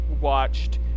watched